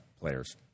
players